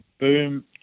boom